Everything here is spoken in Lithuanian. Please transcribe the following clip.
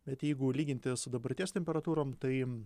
bet jeigu lyginti su dabarties temperatūrom tai